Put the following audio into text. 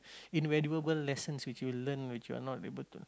invaluable lessons which you learn which you're not able to